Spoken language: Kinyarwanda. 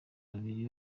babiri